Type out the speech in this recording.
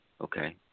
Okay